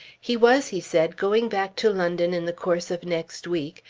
he was, he said, going back to london in the course of next week,